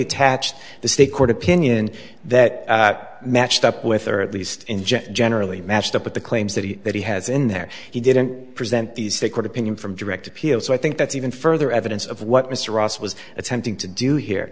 attached the state court opinion that matched up with or at least in jest generally matched up with the claims that he that he has in there he didn't present these sacred opinion from direct appeal so i think that's even further evidence of what mr ross was attempting to do here